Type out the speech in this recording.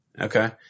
okay